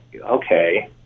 okay